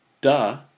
Duh